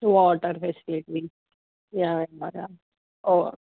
water facility యా ఓ